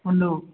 बुन्दु